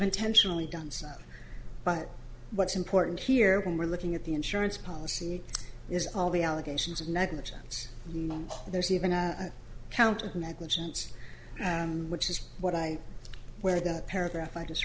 intentionally done so but what's important here when we're looking at the insurance policy is all the allegations of negligence there's even a count of negligence which is what i wear that paragraph i just